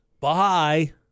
bye